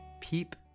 peep